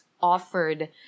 offered